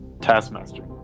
Taskmaster